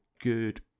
good